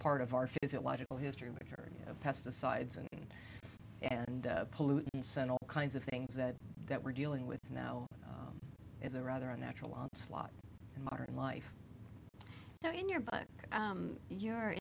part of our physiological history which are pesticides and and pollutants and all kinds of things that that we're dealing with now is a rather a natural slot in modern life so in your your